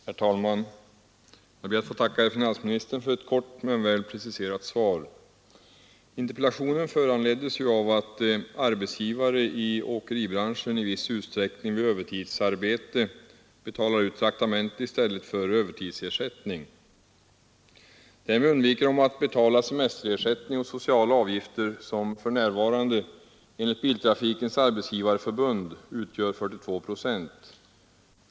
Herr talman! Jag ber att få tacka herr finansministern för ett kort men väl preciserat svar. Interpellationen föranleddes av att arbetsgivare i åkeribranschen i viss utsträckning vid övertidsarbete betalar ut traktamente i stället för övertidsersättning. Därmed undviker de att betala semesterersättning och sociala avgifter, som för närvarande enligt Biltrafikens arbetsgivareförbund utgör 42 procent.